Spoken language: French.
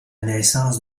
naissance